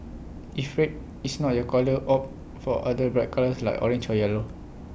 if red is not your colour opt for other bright colours like orange or yellow